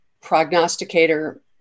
prognosticator